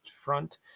Front